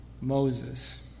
Moses